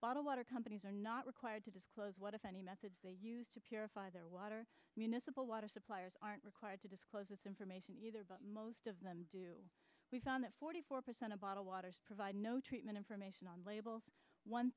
bottled water companies are not required to disclose what if any methods they use to purify their water municipal water suppliers aren't required to disclose this information either but most of them do we found that forty four percent of bottled waters provide no treatment information on labels one